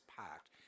packed